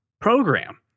program